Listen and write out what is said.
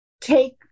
take